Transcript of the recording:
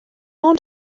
ond